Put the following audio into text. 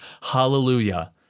Hallelujah